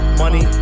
money